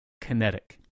kinetic